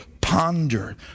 Ponder